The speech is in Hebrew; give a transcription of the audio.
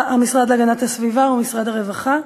המשרד להגנת הסביבה ומשרד הרווחה,